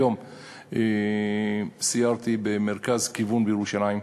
היום סיירתי במרכז "כיוון" בירושלים,